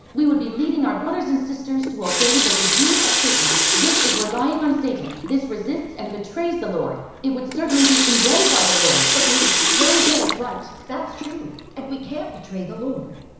we would be leading our brothers and sisters to obey the regime of satan. this is relying on satan. this resists and betrays the lord. it would certainly be condemned by the lord! agreed, zhang jie is right! that's true, and we can't betray the lord!